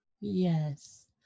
Yes